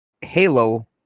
halo